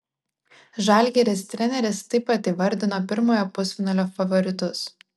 žalgiris treneris taip pat įvardino pirmojo pusfinalio favoritus